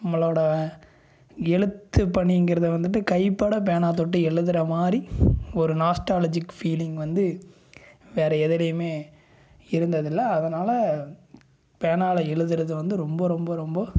நம்மளோடய எழுத்துப்பணிங்கிறது வந்துவிட்டு கைப்பட பேனா தொட்டு எழுதுகிற மாதிரி ஒரு நாஸ்டால்ஜிக் ஃபீலிங் வந்து வேறு எதுலேயுமே இருந்ததுல்லை அதனால் பேனாவில் எழுதுகிறது வந்து ரொம்ப ரொம்ப ரொம்ப